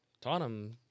Tottenham